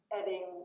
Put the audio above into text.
adding